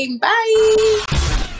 Bye